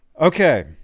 Okay